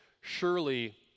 surely